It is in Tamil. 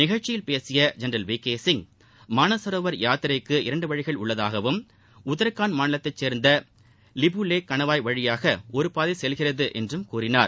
நிகழ்ச்சியில் பேசிய general V K Singh Mansarovar யாத்திரைக்கு இரண்டு வழிகள் உள்ளதாகவும் உத்தரகாண்ட் மாநிலத்தை சேர்ந்த லிபுலேக் கணவாய் வழியாக ஒரு பாதை செல்கிறது என்றும் கூறினார்